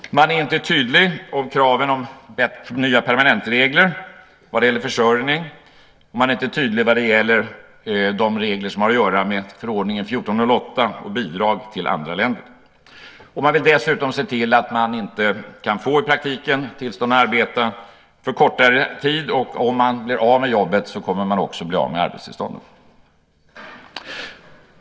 Man är inte tydlig om kraven på nya permanentregler vad gäller försörjning. Man är inte tydlig vad gäller de regler som har att göra med förordning 1408, om bidrag till andra länder. Man vill dessutom se till att människor i praktiken inte kan få tillstånd att arbeta för kortare tid, och om de blir av med jobbet kommer de också att bli av med arbetstillståndet.